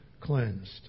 cleansed